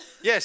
Yes